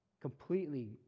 Completely